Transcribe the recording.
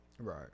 Right